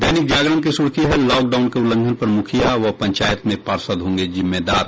दैनिक जागरण की सुर्खी है लॉकडाउन के उल्लंघन पर मुखिया व पंचायत में पार्षद होंगे जिम्मेदार